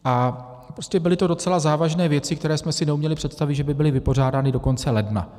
A prostě byly to docela závažné věci, které jsme si neuměli představit, že by byly vypořádány do konce ledna.